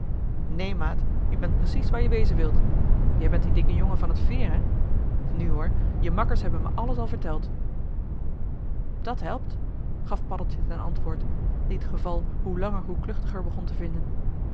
neen maat je bent precies waar je wezen wilt je bent die dikke jongen van t veer hè nu hoor je makkers hebben me alles al verteld dat helpt gaf paddeltje ten antwoord die t geval hoe langer hoe kluchtiger begon te vinden